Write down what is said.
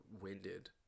winded